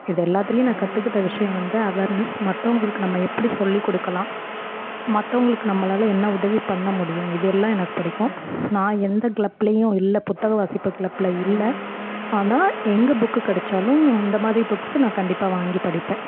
இது எல்லாத்துலேயும் நான் கற்றுக்கிட்ட விஷயம் வந்து அவேர்னெஸ் மற்றவங்களுக்கு நம்ம எப்படி சொல்லிக்கொடுக்கலாம் மற்றவங்களுக்கு நம்மளால் என்ன உதவி பண்ண முடியும் இது எல்லாம் எனக்கு பிடிக்கும் நான் எந்த கிளப்லேயும் இல்லை புத்தக வாசிப்பு கிளப்பில் இல்லை ஆனால் எங்கே புக்கு கிடச்சாலும் இந்த மாதிரி புக்ஸ்ஸு நான் கண்டிப்பாக வாங்கி படிப்பேன்